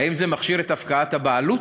האם זה מכשיר את הפקעת הבעלות?